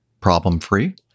problem-free